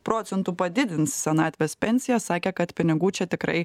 procentų padidins senatvės pensijas sakė kad pinigų čia tikrai